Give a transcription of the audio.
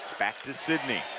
back to sidney